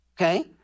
Okay